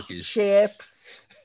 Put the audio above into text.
chips